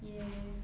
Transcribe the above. ya